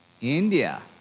India